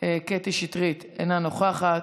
קטי שטרית, אינה נוכחת,